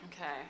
Okay